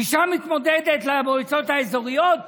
אישה מתמודדת למועצות האזוריות,